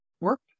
work